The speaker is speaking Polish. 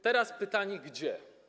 Teraz pytanie gdzie.